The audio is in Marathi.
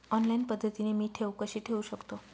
ऑनलाईन पद्धतीने मी ठेव कशी ठेवू शकतो?